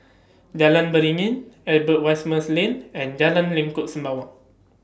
Jalan Beringin Albert Winsemius Lane and Jalan Lengkok Sembawang